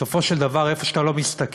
בסופו של דבר, איפה שאתה לא מסתכל,